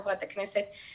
חברת הכנסת,